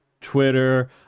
Twitter